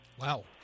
Wow